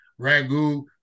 ragu